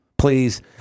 Please